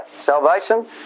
salvation